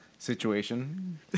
Situation